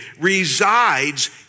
resides